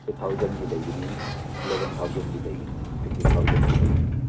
eight ꯊꯥꯎꯖꯟꯒꯤ ꯂꯩꯒꯅꯤ eleven ꯊꯥꯎꯖꯟꯒꯤ ꯂꯩꯒꯅꯤ ꯐꯤꯐꯇꯤꯟ ꯊꯥꯎꯖꯟꯒꯤ ꯂꯩꯒꯅꯤ